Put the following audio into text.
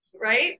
right